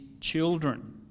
children